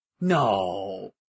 No